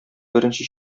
беренче